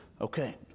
Okay